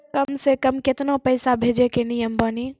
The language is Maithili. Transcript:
कम से कम केतना पैसा भेजै के नियम बानी?